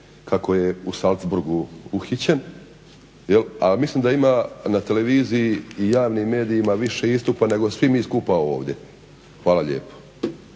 kako je u Salzburgu uhićen, a mislim da ima na televiziji i javnim medijima više istupa nego svi mi skupa ovdje. Hvala lijepo.